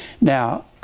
Now